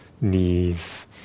knees